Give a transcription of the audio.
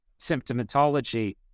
symptomatology